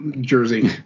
Jersey